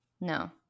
No